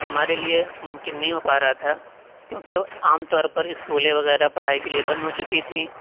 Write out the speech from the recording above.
ہمارے لیے ممکن نہیں ہو پا رہا تھا کیونکہ عام طور پر اسکولے وغیرہ پڑھائی کے لیے بند ہو چکی تھیں